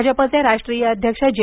भाजपचे राष्ट्रीय अध्यक्ष जे